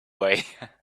way